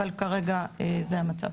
אבל כרגע זה המצב.